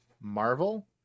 Marvel